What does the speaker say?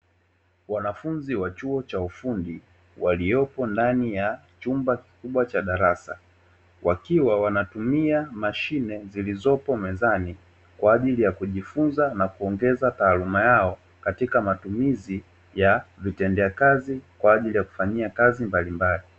Wanafunzi wa chuo cha ufundi waliopo ndani ya chumba kikubwa cha darasa, wakiwa wanatumia mashine zilizopo mezani kwa ajili ya kujifunza na kuongeza taaluma yao, katika matumizi ya vitendea kazi kwa ajili ya kufanyia kazi mbalimbali.